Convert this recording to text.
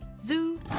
zoo